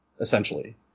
essentially